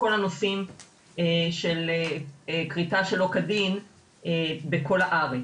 כל הנושאים של כריתה שלא כדין בכל הארץ.